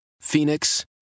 phoenix